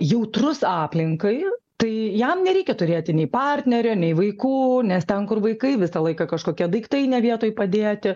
jautrus aplinkai tai jam nereikia turėti nei partnerio nei vaikų nes ten kur vaikai visą laiką kažkokie daiktai ne vietoj padėti